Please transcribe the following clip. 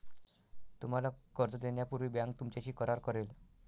तुम्हाला कर्ज देण्यापूर्वी बँक तुमच्याशी करार करेल